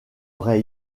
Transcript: vraie